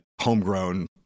homegrown